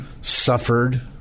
suffered